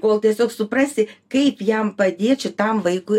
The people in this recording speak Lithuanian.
kol tiesiog suprasi kaip jam padėt šitam vaikui